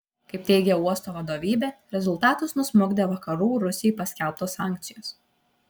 kaip teigia uosto vadovybė rezultatus nusmukdė vakarų rusijai paskelbtos sankcijos